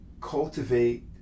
Cultivate